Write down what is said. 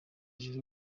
joro